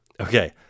Okay